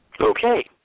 Okay